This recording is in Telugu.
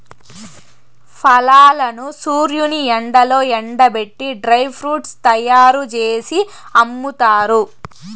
ఫలాలను సూర్యుని ఎండలో ఎండబెట్టి డ్రై ఫ్రూట్స్ తయ్యారు జేసి అమ్ముతారు